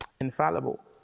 infallible